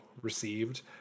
received